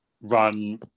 run